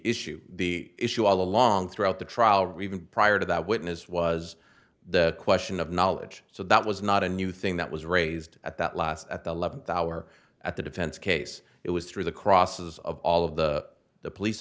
issue the issue all along throughout the trial or even prior to that witness was the question of knowledge so that was not a new thing that was raised at that last at the eleventh hour at the defense case it was through the crosses of all of the the police